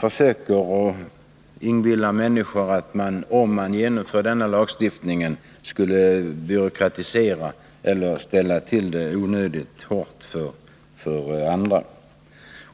försöker inbilla människor att den föreslagna lagstiftningen skulle byråkratisera tillvaron eller göra det onödigt svårt för andra kategorier.